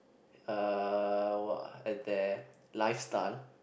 (uhhh) what at their lifestyle